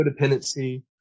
codependency